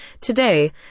Today